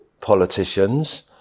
politicians